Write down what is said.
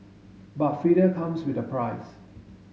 but freedom comes with a price